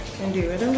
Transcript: and do it a